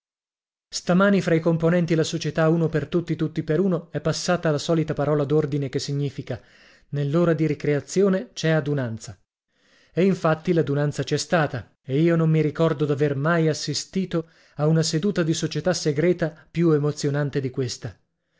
stamani fra i componenti la società uno per tutti tutti per uno è passata la solita parola d'ordine che significa nell'ora di ricreazione c'è adunanza e infatti l'adunanza c'è stata e io non mi ricordo d'aver mai assistito a una seduta di società segreta più emozionante di questa